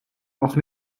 auch